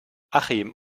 achim